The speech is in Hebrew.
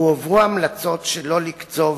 הועברו המלצות שלא לקצוב,